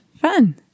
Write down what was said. Fun